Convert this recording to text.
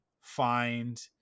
find